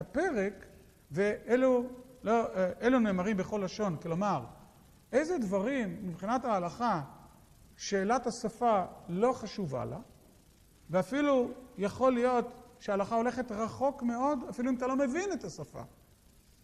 הפרק, ואלו נאמרים בכל לשון. כלומר, איזה דברים מבחינת ההלכה שאלת השפה לא חשובה לה, ואפילו יכול להיות שההלכה הולכת רחוק מאוד, אפילו אם אתה לא מבין את השפה.